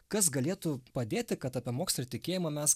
kas galėtų padėti kad apie mokslą ir tikėjimą mes